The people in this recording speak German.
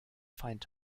feind